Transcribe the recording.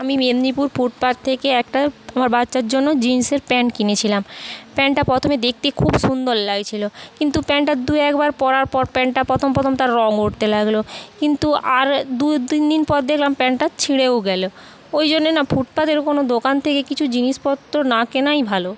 আমি মেদিনীপুর ফুটপাথ থেকে একটা আমার বাচ্চার জন্য জিন্সের প্যান্ট কিনেছিলাম প্যান্টটা প্রথমে দেখতে খুব সুন্দর লাগছিলো কিন্তু প্যান্টটা দু একবার পরার পর প্যান্টটা প্রথম প্রথম তার রঙ উঠতে লাগলো কিন্তু আর দু তিনদিন পর দেখলাম প্যান্টটা ছিঁড়েও গেলো ওইজন্যে না ফুটপাথের কোনো দোকান থেকে কিছু জিনিসপত্তর না কেনাই ভালো